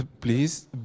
Please